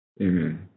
Amen